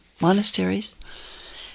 monasteries